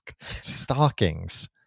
stockings